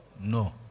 no